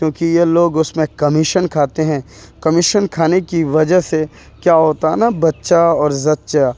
کیونکہ یہ لوگ اس میں کمیشن کھاتے ہیں کمیشن کھانے کی وجہ سے کیا ہوتا ہے نا بچّہ اور زچّہ